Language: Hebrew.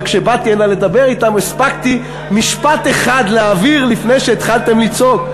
וכשבאתי הנה לדבר אתם הספקתי משפט אחד להעביר לפני שהתחלתם לצעוק.